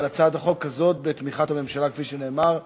בתמיכת הממשלה, כפי שנאמר.